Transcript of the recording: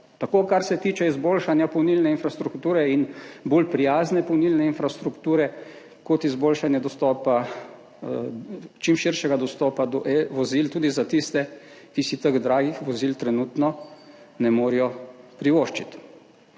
tako kar se tiče izboljšanja polnilne infrastrukture in bolj prijazne polnilne infrastrukture, kot izboljšanje čim širšega dostopa do vozil tudi za tiste, ki si teh dragih vozil trenutno ne morejo privoščiti.